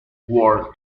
world